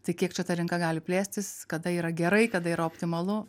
tai kiek čia ta rinka gali plėstis kada yra gerai kada yra optimalu